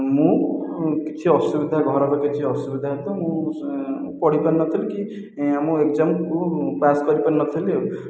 ମୁଁ କିଛି ଅସୁବିଧା ଘରର କିଛି ଅସୁବିଧା ହେତୁ ମୁଁ ପଢ଼ିପାରିନଥିଲି କି ଆମ ଏକଜାମକୁ ପାସ୍ କରିପାରିନଥିଲି ଆଉ